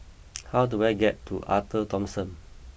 how do I get to Arte Thomson